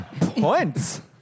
Points